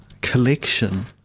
collection